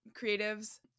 creatives